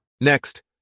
Next